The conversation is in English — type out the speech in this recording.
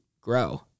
Grow